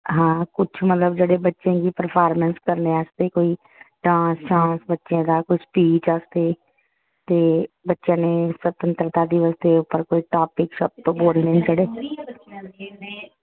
कुत्थें मतलब जेह्के बच्चें गी परफार्मेंस करने ताहीं डांस बच्चें दा कोई स्पीच आस्तै ते बच्चा कोई स्वतंत्रता दिवस दे मौके उप्पर टॉपिक बोल्लै कोई